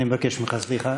אני מבקש ממך סליחה.